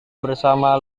bersama